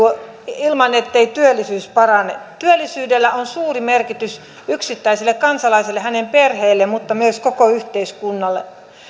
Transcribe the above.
ilman ettei työllisyys parane työllisyydellä on suuri merkitys yksittäiselle kansalaiselle hänen perheelleen mutta myös koko yhteiskunnalle